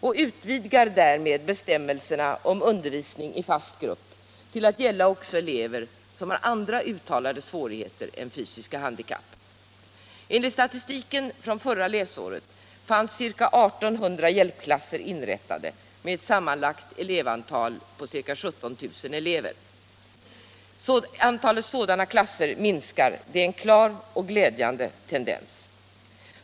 Man utvidgar därmed bestämmelserna om undervisning i fast grupp till att gälla också elever som har andra uttalade skolsvårigheter än fysiska handikapp. Enligt statistiken från förra läsåret fanns ca 1 800 hjälpklasser inrättade med ett sammanlagt elevantal av ca 17 000. Antalet sådana klasser minskar, och det är en klar och glädjande tendens.